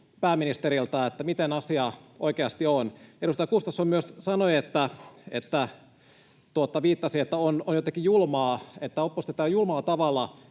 pääministeriltä, miten asia oikeasti on. Edustaja Gustafsson myös viittasi, että tämä on jotenkin julmaa, että oppositio täällä julmalla tavalla